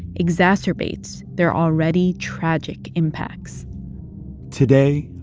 exacerbates their already tragic impacts today,